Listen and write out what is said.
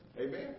Amen